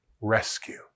Rescue